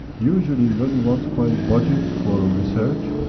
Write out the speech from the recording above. usually, when you want to find a budget for research,